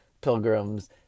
pilgrims